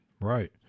Right